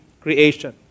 creation